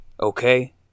Okay